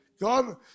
God